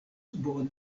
bona